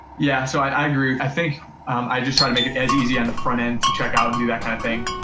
yeah, so i agree. i think i just try to make it as easy on the front end to checkout and do that kind of thing,